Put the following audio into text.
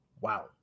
wow